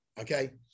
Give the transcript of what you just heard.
Okay